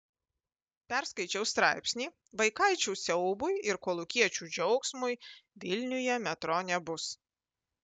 perskaičiau straipsnį vaikaičių siaubui ir kolūkiečių džiaugsmui vilniuje metro nebus